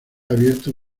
abierto